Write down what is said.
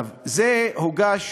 זה הוגש